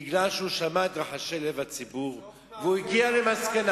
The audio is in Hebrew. בגלל שהוא שמע את רחשי לב הציבור והוא הגיע למסקנה,